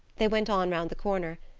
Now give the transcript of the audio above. they went on around the corner,